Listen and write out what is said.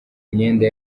myenda